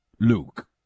Luke